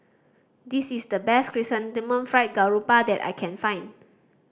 this is the best Chrysanthemum Fried Garoupa that I can find